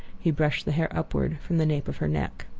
he brushed the hair upward from the nape of her neck.